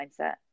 mindset